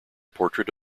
portrait